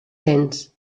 cents